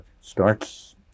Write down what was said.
starts